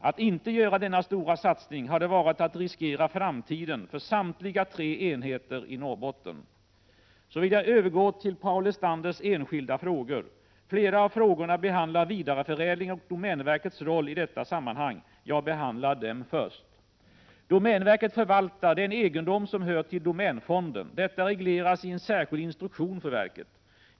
Att inte göra denna stora satsning hade varit att riskera framtiden för samtliga tre enheter i Norrbotten. Så vill jag gå över till Paul Lestanders enskilda frågor. Flera av frågorna behandlar vidareförädling och domänverkets roll i detta sammanhang. Jag behandlar dem först. 31 Domänverket förvaltar den egendom som hör till domänfonden. Detta regleras i en särskild instruktion för verket.